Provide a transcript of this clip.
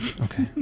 Okay